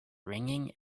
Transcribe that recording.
ringing